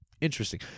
Interesting